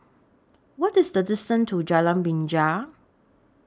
What IS The distance to Jalan Binja